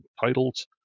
titles